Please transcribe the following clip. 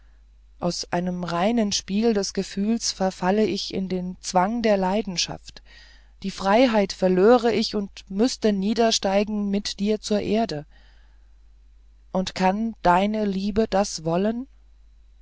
aus dem reinen spiel des gefühls verfalle ich in den zwang der leidenschaft die freiheit verlöre ich und müßte niedersteigen mit dir zur erde und kann deine liebe das wollen